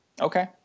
Okay